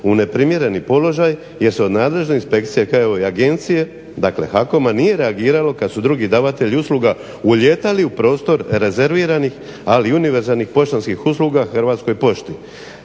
u neprimjereni položaj jer su nadležne inspekcije, dakle HAKOM-a nije reagiralo kad su drugi davatelji usluga ulijetali u prostor rezerviranih ali i univerzalnih poštanskih usluga Hrvatskoj pošti